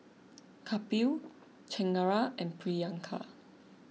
Kapil Chengara and Priyanka